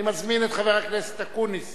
אני מזמין את חבר הכנסת אקוניס